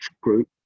group